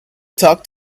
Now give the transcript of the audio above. talk